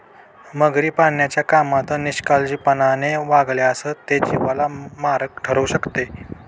मगरी पाळण्याच्या कामात निष्काळजीपणाने वागल्यास ते जीवाला मारक ठरू शकते